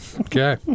Okay